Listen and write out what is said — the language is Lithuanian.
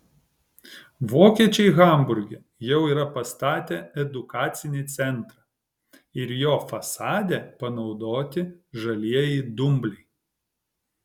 vokiečiai hamburge jau yra pastatę edukacinį centrą ir jo fasade panaudoti žalieji dumbliai